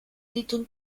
nituen